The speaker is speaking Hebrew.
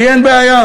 לי אין בעיה.